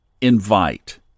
invite